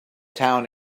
town